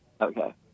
Okay